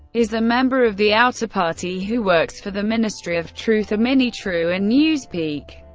is a member of the outer party, who works for the ministry of truth, or minitrue in newspeak.